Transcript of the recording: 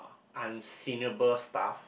stuff